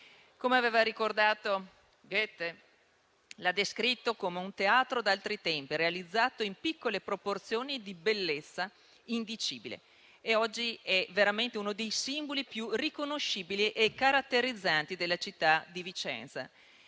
lavori orafi. Goethe lo ha descritto come un teatro d'altri tempi, realizzato in piccole proporzioni e di bellezza indicibile; oggi è veramente uno dei simboli più riconoscibili e caratterizzanti della città di Vicenza